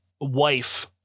wife